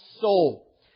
soul